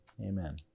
Amen